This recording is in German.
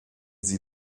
sie